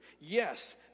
Yes